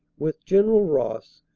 with general ross,